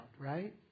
right